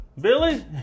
Billy